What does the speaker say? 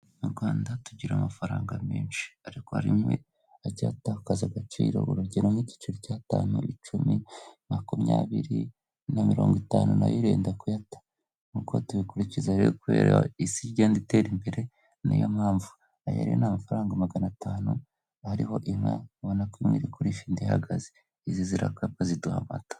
Mu Rwanda tugira amafaranga menshi, ariko rimwe ajya aatakaza agaciro. Urugero: nk'igice cy'atanu, icumi, makumyabiri, na mirongo itanu nayo irenda kuyata, nk'uko tubikurikiza, ariko kubera isi igenda itera imbere l, nibyo mpamvu kuri aya mafaranga magana atanu hariho inka ubona ko iri kurisha, indi ihagazs. Izi zikaba ziduha amata.